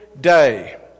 day